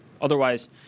Otherwise